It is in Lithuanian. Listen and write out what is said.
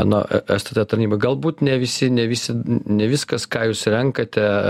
na stt tarnybai galbūt ne visi ne visi ne viskas ką jūs renkate